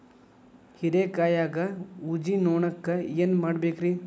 ಹೇರಿಕಾಯಾಗ ಊಜಿ ನೋಣಕ್ಕ ಏನ್ ಮಾಡಬೇಕ್ರೇ?